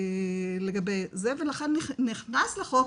לגבי זה ולכן נכנסו לחוק